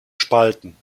spalten